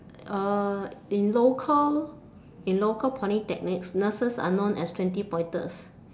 uh in local in local polytechnics nurses are known as twenty pointers